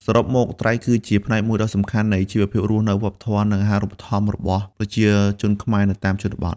សរុបមក ត្រីគឺជាផ្នែកមួយដ៏សំខាន់ នៃជីវភាពរស់នៅ វប្បធម៌ និងអាហារូបត្ថម្ភរបស់ប្រជាជនខ្មែរនៅតាមជនបទ។